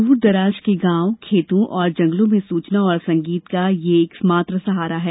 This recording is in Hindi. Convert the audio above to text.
दूर दराज के गांव खेतों और जंगलों में सूचना और संगीत का यह एक मात्र सहारा है